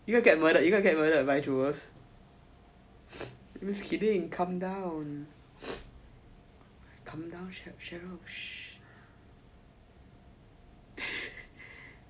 you will get murdered you going to get murdered by jewels just kidding calm down calm down cheryl